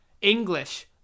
English